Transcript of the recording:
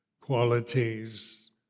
qualities